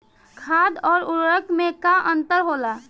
खाद्य आउर उर्वरक में का अंतर होला?